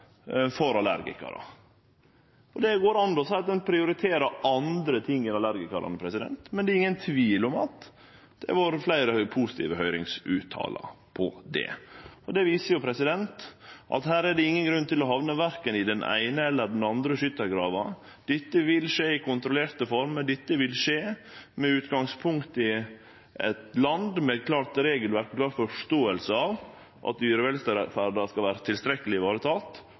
for allergikarar. Det går an å seie at ein prioriterer anna enn allergikarane, men det er ingen tvil om at det har vore fleire positive høyringsfråsegner om det. Det viser at her er det ingen grunn til å hamne i verken den eine eller den andre skyttargrava. Dette vil skje i kontrollerte former, det vil skje i eit land med utgangspunkt i eit klart regelverk og forståing for at dyrevelferda skal vere tilstrekkeleg